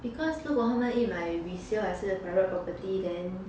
because 如果他们一买 resale 还是 private property then